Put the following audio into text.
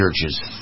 churches